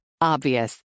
Obvious